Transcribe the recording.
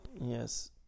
Yes